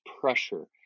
pressure